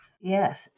Yes